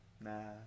Nah